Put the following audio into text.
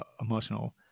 emotional